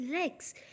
legs